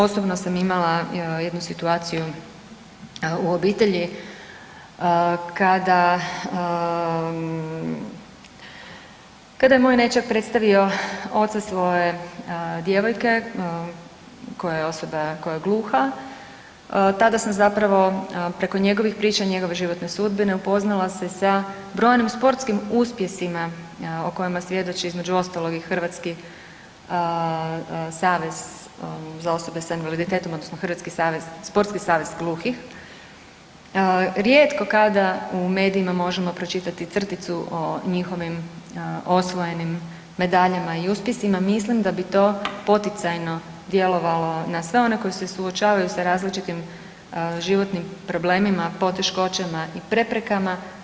Osobno sam imala jednu situaciju u obitelji kada, kada je moj nećak predstavio oca svoje djevojke koja je osoba koja je gluha, tada sam zapravo, preko njegovih priča i njegove životne sudbine upoznala se sa brojnim sportskim uspjesima o kojim svjedoči, između ostalog i Hrvatski savez za osobe s invaliditetom odnosno hrvatski savez, Sportski savez gluhih, rijetko kada u medijima možemo pročitati crticu o njihovim osvojenim medaljama i uspjesima, mislim da bi to poticajno djelovalo na sve one koji se suočavaju s različitim životnim problemima, poteškoćama i preprekama.